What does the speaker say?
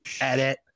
Edit